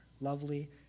lovely